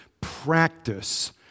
Practice